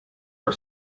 our